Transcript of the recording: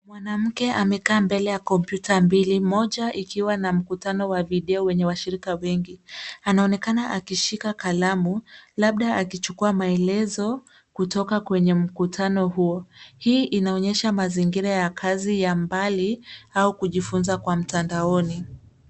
Mwanamke amekaa mbele ya kompyuta mbili moja ikiwa na mkutano wa video wenye washirika wengi. Anaonekana akishika kalamu labda akichukua maelezo kutoka kwenye mkutano huo. Hii inaonyesha mazingira ya kazi ya mbali au kujifunza kwa mtandaoni.